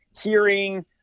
hearing